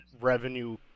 revenue